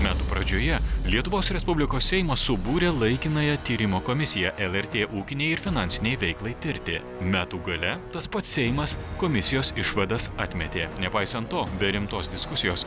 metų pradžioje lietuvos respublikos seimas subūrė laikinąją tyrimo komisiją lrt ūkinei ir finansinei veiklai tirti metų gale tas pats seimas komisijos išvadas atmetė nepaisant to be rimtos diskusijos